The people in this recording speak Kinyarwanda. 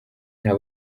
nta